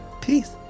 Peace